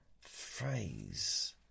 phrase